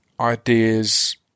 ideas